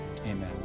Amen